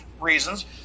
reasons